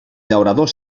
llaurador